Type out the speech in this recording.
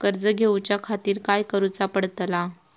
कर्ज घेऊच्या खातीर काय करुचा पडतला?